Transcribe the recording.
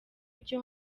icyo